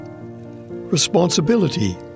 Responsibility